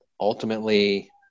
ultimately